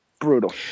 brutal